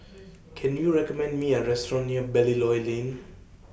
Can YOU recommend Me A Restaurant near Belilios Lane